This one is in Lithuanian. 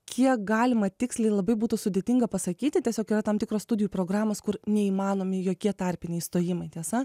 kiek galima tiksliai labai būtų sudėtinga pasakyti tiesiog yra tam tikros studijų programos kur neįmanomi jokie tarpiniai stojimai tiesa